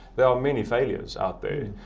there are many failures out there,